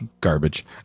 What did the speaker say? garbage